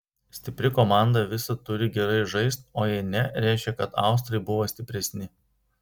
stipri komanda visad turi gerai žaist o jei ne reiškia kad austrai buvo stipresni